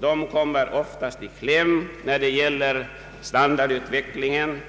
Denna grupp kommer ofta i kläm när det gäller standardutvecklingen;